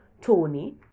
Tony